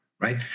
Right